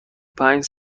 پنج